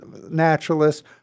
naturalist